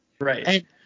Right